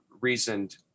reasoned